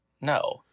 No